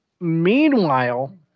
Meanwhile